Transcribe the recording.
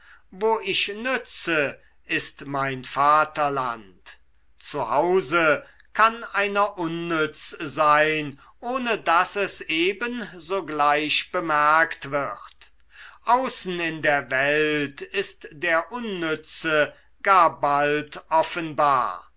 wo ich nütze ist mein vaterland zu hause kann einer unnütz sein ohne daß es eben sogleich bemerkt wird außen in der welt ist der unnütze gar bald offenbar